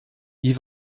wie